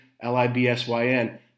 L-I-B-S-Y-N